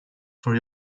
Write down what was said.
for